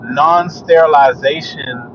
non-sterilization